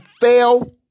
fail